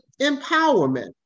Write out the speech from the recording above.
empowerment